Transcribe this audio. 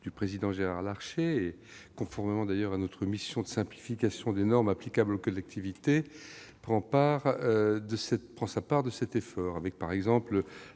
du président Gérard Larcher et conformément à notre mission de simplification des normes applicables aux collectivités, prend sa part de cet effort. Je citerai,